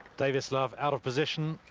davis love out of position,